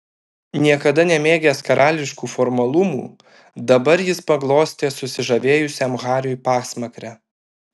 niekada nemėgęs karališkų formalumų dabar jis paglostė susižavėjusiam hariui pasmakrę